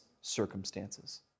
circumstances